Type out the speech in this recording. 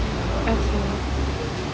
okay